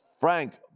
Frank